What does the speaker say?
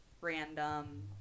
random